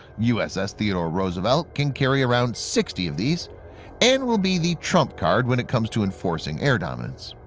uss theodore roosevelt can carry around sixty of these and will be the trump card when it comes to enforcing air dominance.